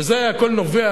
וזה הכול נובע,